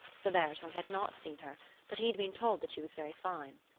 the baritone had not seen her but he had been told that she was very fine.